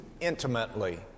intimately